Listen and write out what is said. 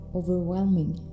overwhelming